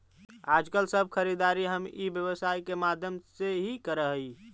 आजकल सब खरीदारी हम ई व्यवसाय के माध्यम से ही करऽ हई